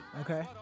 Okay